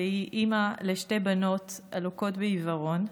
שהיא אימא לשתי בנות הלוקות בעיוורון.